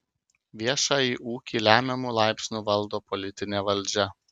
viešąjį ūkį lemiamu laipsniu valdo politinė valdžia